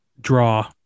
Draw